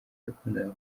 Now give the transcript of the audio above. yakundaga